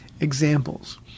examples